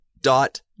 Dot